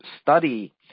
study